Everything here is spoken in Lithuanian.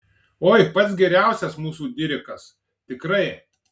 oi pats geriausias mūsų dirikas tikrai